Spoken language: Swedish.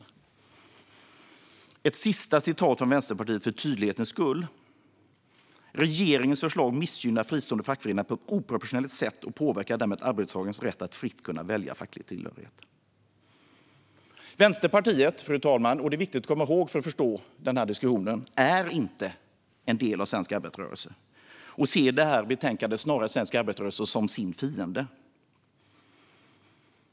Jag tar ett sista citat från Vänsterpartiets motion för tydlighetens skull: "Regeringens förslag missgynnar fristående fackföreningar på ett oproportionerligt sätt och påverkar därmed arbetstagares rätt att fritt kunna välja facklig tillhörighet." Fru talman! Vänsterpartiet är inte en del av svensk arbetarrörelse. Det är viktigt att komma ihåg för att förstå den här diskussionen. Det ser i det här betänkandet snarast svensk arbetarrörelse som sin fiende.